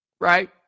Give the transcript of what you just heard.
right